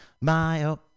my-oh